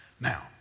Now